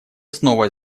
снова